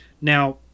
Now